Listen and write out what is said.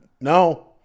no